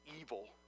evil